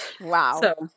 Wow